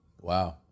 Wow